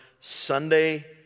Sunday